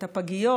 את הפגיות,